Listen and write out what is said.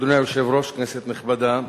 אדוני היושב-ראש, כנסת נכבדה,